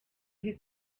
his